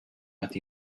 with